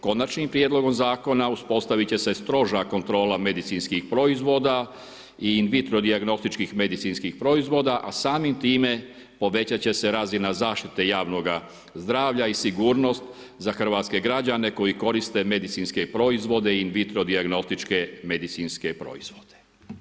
Konačnim prijedlogom zakona uspostaviti će se stroža kontrola medicinskih proizvoda i in vitro dijagnostičkih medicinskih proizvoda a samim time povećati će se razina zaštite javnoga zdravlja i sigurnost za hrvatske građane koji koriste medicinske proizvode i in vitro dijagnostičke medicinske proizvode.